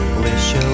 wish